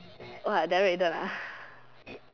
what Daryl Aiden ah